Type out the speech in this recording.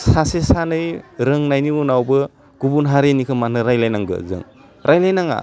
सासे सानै रोंनायनि उनावबो गुबुन हारिनिखो मानो रायलाइनांगौ जों रायलाइनाङा